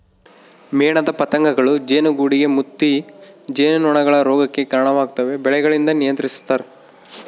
ಮೇಣದ ಪತಂಗಗಳೂ ಜೇನುಗೂಡುಗೆ ಮುತ್ತಿ ಜೇನುನೊಣಗಳ ರೋಗಕ್ಕೆ ಕರಣವಾಗ್ತವೆ ಬೆಳೆಗಳಿಂದ ನಿಯಂತ್ರಿಸ್ತರ